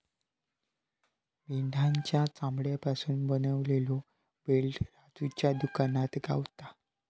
मेंढ्याच्या चामड्यापासून बनवलेलो बेल्ट राजूच्या दुकानात गावता